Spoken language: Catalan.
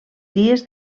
dies